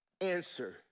answer